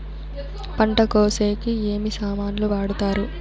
పంట కోసేకి ఏమి సామాన్లు వాడుతారు?